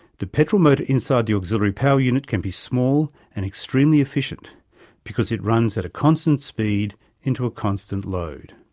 the petrol motor inside the auxiliary power unit can be small and extremely efficient because it runs at a constant speed into a constant load.